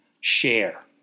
share